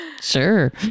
Sure